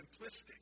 simplistic